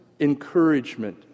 encouragement